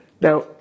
Now